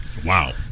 Wow